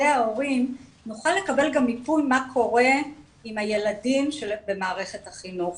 ההורים נוכל גם לקבל מיפוי על מה קורה עם הילדים במערכת החינוך.